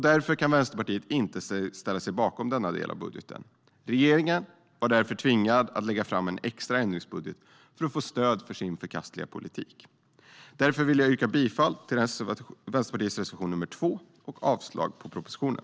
Därför kan Vänsterpartiet inte ställa sig bakom denna del av budgeten. Regeringen var därför tvingad att lägga fram en extra ändringsbudget för att få stöd för sin förkastliga politik. Därför vill jag yrka bifall till Vänsterpartiets reservation nr 2 och avslag på propositionen.